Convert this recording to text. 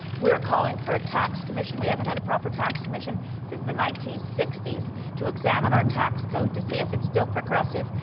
we're calling for a tax commission. we haven't had a proper tax commission since the nineteen sixty s to examine our tax code, to see if it's still progressive,